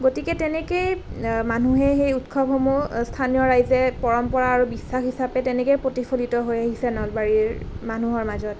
গতিকে তেনেকেই মানুহে সেই উৎসৱসমূহ স্থানীয় ৰাইজে পৰম্পৰা আৰু বিশ্বাস হিচাপে তেনেকেই প্ৰতিফলিত হৈ আহিছে নলবাৰীৰ মানুহৰ মাজত